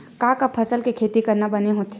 का का फसल के खेती करना बने होथे?